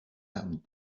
happened